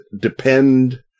depend